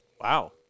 Wow